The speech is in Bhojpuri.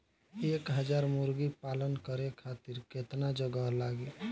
एक हज़ार मुर्गी पालन करे खातिर केतना जगह लागी?